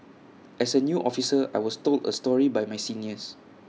as A new officer I was told A story by my seniors